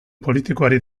politikoari